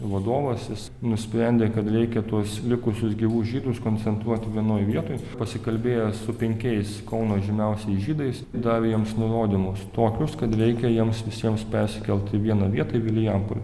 vadovas jis nusprendė kad reikia tuos likusius gyvus žydus koncentruoti vienoj vietoj pasikalbėjo su penkiais kauno žymiausiais žydais davė jiems nurodymus tokius kad reikia jiems visiems persikelt į vieną vietą į vilijampolę